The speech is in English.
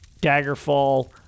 Daggerfall